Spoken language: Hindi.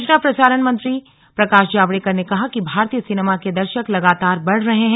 सूचना प्रसारण मंत्री प्रकाश जावडेकर ने कहा कि भारतीय सिनेमा के दर्शक लगातार बढ़ रहे हैं